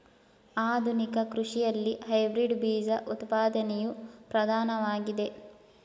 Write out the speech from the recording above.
ಆಧುನಿಕ ಕೃಷಿಯಲ್ಲಿ ಹೈಬ್ರಿಡ್ ಬೀಜ ಉತ್ಪಾದನೆಯು ಪ್ರಧಾನವಾಗಿದೆ